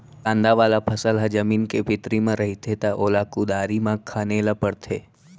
कांदा वाला फसल ह जमीन के भीतरी म रहिथे त ओला कुदारी म खने ल परथे